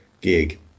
gig